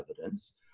evidence